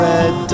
Red